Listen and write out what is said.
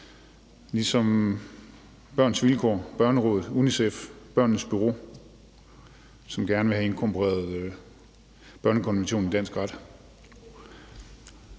ligesom Børns Vilkår, Børnerådet, UNICEF og Børnenes bureau, som gerne vil have inkorporeret børnekonventionen i dansk ret,